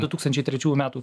du tūkstančiai trečių metų